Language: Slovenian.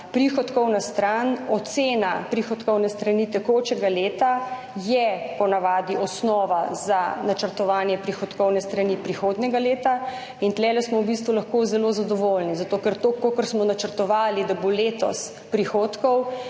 prihodkovna stran, ocena prihodkovne strani tekočega leta po navadi osnova za načrtovanje prihodkovne strani prihodnjega leta. In tukaj smo v bistvu lahko zelo zadovoljni, zato ker toliko, kolikor smo načrtovali, da bo letos prihodkov,